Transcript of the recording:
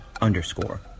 underscore